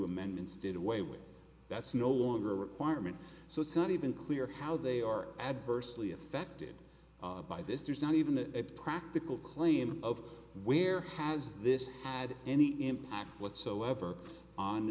amendments did away with that's no longer a requirement so it's not even clear how they are adversely affected by this there's not even the practical claim of where has this had any impact whatsoever on